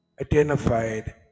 identified